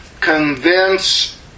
Convince